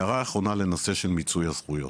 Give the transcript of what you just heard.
הערה אחרונה לנושא של מיצוי הזכויות,